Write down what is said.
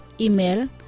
Email